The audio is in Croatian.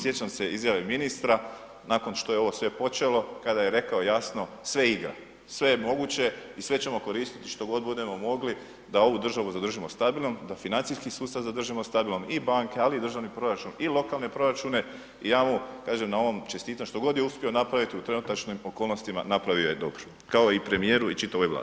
Sjećam se izjave ministra nakon što je sve ovo počelo kada je rekao jasno sve igra, sve je moguće i sve ćemo koristiti što god budemo mogli da ovu državu zadržimo stabilnom, da financijski sustav zadržimo stabilnim i banke, ali i državni proračun i lokalne proračune i ja mu na ovom čestitam što god je uspio napraviti u trenutačnim okolnostima napravio je dobro kao i premijeru i čitavoj Vladi.